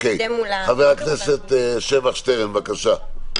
חבר הכנסת שבח שטרן, בבקשה.